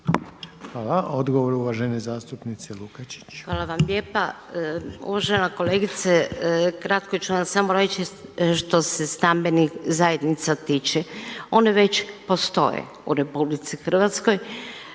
Hvala. Odgovor uvažene zastupnice Lukačić. **Lukačić, Ljubica (HDZ)** Hvala vam lijepa. Uvažena kolegice, kratko ću vam samo reći što se stambenih zajednica tiče. One već postoje u RH.